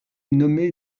nommé